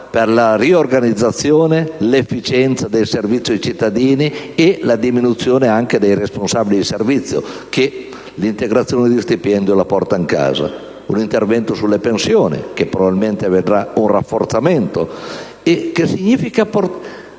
per la riorganizzazione, l'efficienza del servizio ai cittadini e la diminuzione dei responsabili di servizio, che invece l'integrazione di stipendio la portano a casa. C'è poi un intervento sulle pensioni, che probabilmente vedrà un rafforzamento,